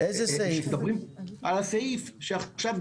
שעליו דיברתם עכשיו,